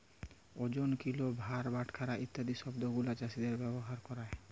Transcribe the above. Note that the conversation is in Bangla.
ওজন, কিলো, ভার, বাটখারা ইত্যাদি শব্দ গুলো চাষীরা ব্যবহার ক্যরে